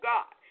God